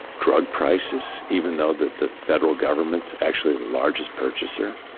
drug prices, even though the the federal government's actually the largest purchaser.